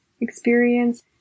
experience